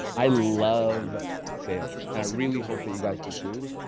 i love sales and i really hope that you guys do too,